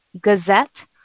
gazette